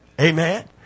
Amen